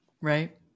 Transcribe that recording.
Right